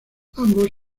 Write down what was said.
ambos